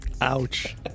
Ouch